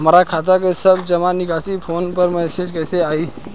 हमार खाता के सब जमा निकासी फोन पर मैसेज कैसे आई?